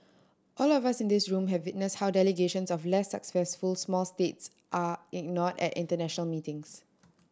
all of us in this room have witnessed how delegations of less successful small states are ignored at international meetings